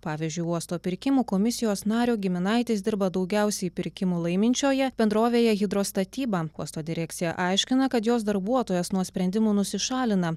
pavyzdžiui uosto pirkimų komisijos nario giminaitis dirba daugiausiai pirkimų laiminčioje bendrovėje hidrostatyba uosto direkcija aiškina kad jos darbuotojas nuo sprendimų nusišalina